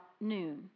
noon